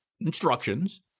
instructions